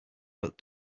but